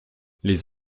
les